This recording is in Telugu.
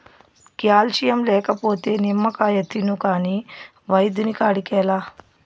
క్యాల్షియం లేకపోతే నిమ్మకాయ తిను కాని వైద్యుని కాడికేలా